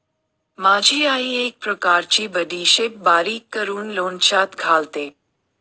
माझी आई एक प्रकारची बडीशेप बारीक करून लोणच्यात घालते